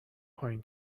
پایین